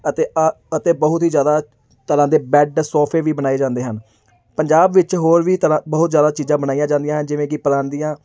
ਅਤੇ ਅਤੇ ਬਹੁਤ ਹੀ ਜ਼ਿਆਦਾ ਤਰ੍ਹਾਂ ਦੇ ਬੈੱਡ ਸੋਫੇ ਵੀ ਬਣਾਏ ਜਾਂਦੇ ਹਨ ਪੰਜਾਬ ਵਿੱਚ ਹੋਰ ਵੀ ਤਰ੍ਹਾਂ ਬਹੁਤ ਜ਼ਿਆਦਾ ਚੀਜ਼ਾਂ ਬਣਾਈਆਂ ਜਾਂਦੀਆਂ ਹਨ ਜਿਵੇਂ ਕਿ ਪਰਾਂਦੀਆਂ